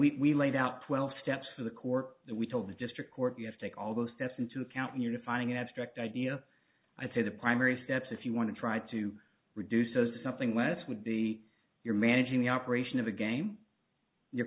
we laid out twelve steps for the court that we told the district court you have to take all those steps into account when you're defining an abstract idea i'd say the primary steps if you want to try to reduce those something less would be you're managing the operation of a game you're